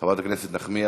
חברת הכנסת נחמיאס.